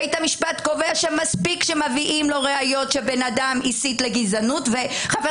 בית המשפט קובע שמספיק שמביאים לו ראיות שאדם הסית לגזענות וחבר